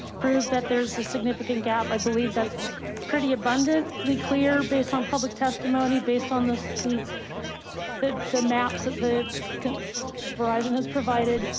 prove that there's a significant gap. i believe that's pretty abundantly clear based on public testimony, based on the the the maps that the verizon has provided.